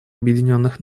объединенных